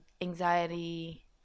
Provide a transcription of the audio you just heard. anxiety